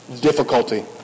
difficulty